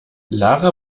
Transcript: lara